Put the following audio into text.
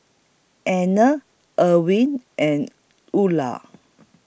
Anner Irwin and Eula